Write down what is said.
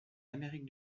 amérique